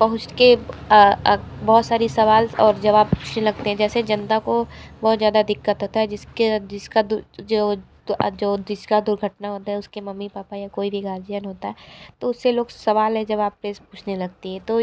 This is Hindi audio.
पहुँच के बहुत सारी सवाल और जवाब पूछने लगते हैं जैसे जनता को बहुत ज़्यादा दिक्कत होता है जिसके जिसका जो जो जिसका दुर्घटना होता है उसके मम्मी पापा या कोई भी गार्जियन होता है तो उससे लोग सवाल या जवाब प्रेस पूछने लगती है तो